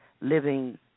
living